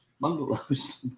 bungalows